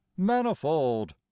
Manifold